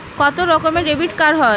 কত রকমের ডেবিটকার্ড হয়?